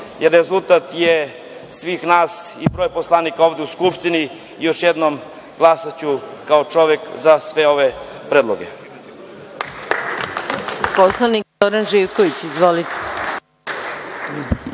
ali rezultat je svih nas i broja poslanika ovde u Skupštini, još jednom glasaću kao čovek za sve ove predloge.